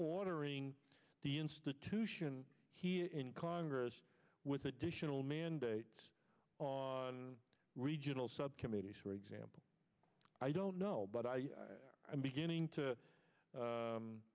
ordering the institution in congress with additional mandates on regional subcommittees for example i don't know but i am beginning to